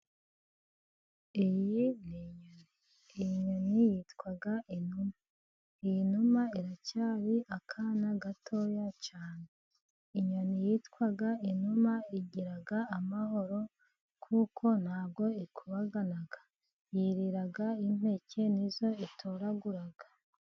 Iyi ni inyoni yitwa inuma, iyi numa iracyari akana gatoya cyane, inyoni yitwa inuma igira amahoro kuko ntabwo ikubagana, yirira impeke nizo itoragura.